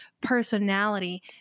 personality